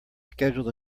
schedule